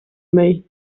may